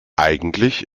eigentlich